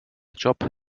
job